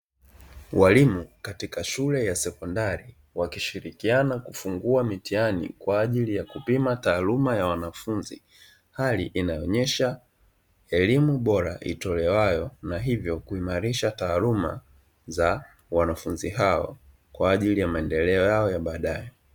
Walimu katika shule ya sekondari, wakishirikiana kufungua mitihani kwa ajili ya kupima taaluma ya wanafunzi. Hali inayoonyesha elimu bora itolewayo na hivyo kuimarisha taaluma za wanafunzi hao kwa ajili ya maendeleo yao ya baadaye.